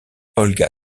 olga